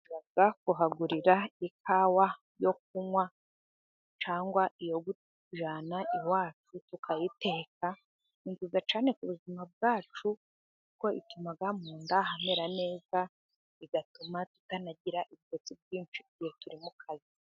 Tujya kuhagurira ikawa yo kunywa, cyangwa iyo kujyana iwacu tukayiteka. Ni byiza cyane ku buzima bwacu, kuko ituma mu nda hamera neza, igatuma tutanagira ibitotsi byinshi igihe turi mu kazi.